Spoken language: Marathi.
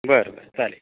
बर बर चालेल